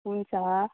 हुन्छ